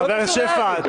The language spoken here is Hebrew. לאורך כל השנים יאללה, נו.